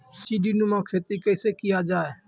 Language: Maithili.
सीडीनुमा खेती कैसे किया जाय?